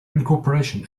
incorporation